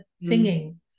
singing